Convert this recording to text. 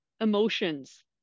emotions